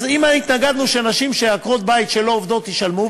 אז אם התנגדנו שעקרות-בית שלא עובדות ישלמו,